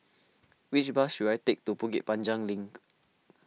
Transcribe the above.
which bus should I take to Bukit Panjang Link